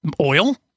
oil